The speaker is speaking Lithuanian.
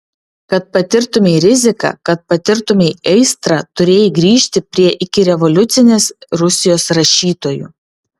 kad patirtumei riziką kad patirtumei aistrą turėjai grįžti prie ikirevoliucinės rusijos rašytojų